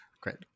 Great